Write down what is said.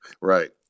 right